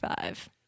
five